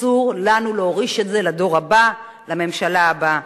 אסור לנו להוריש את זה לדור הבא, לממשלה הבאה.